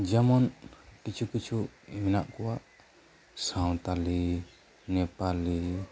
ᱡᱮᱢᱚᱱ ᱠᱤᱪᱷᱩ ᱠᱤᱪᱷᱩ ᱢᱮᱱᱟᱜ ᱠᱚᱣᱟ ᱥᱟᱶᱛᱟᱞᱤ ᱱᱮᱯᱟᱞᱤ